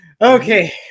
Okay